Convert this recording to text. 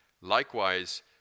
likewise